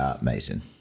amazing